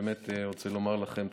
היה לידו במחלקה בחור צעיר,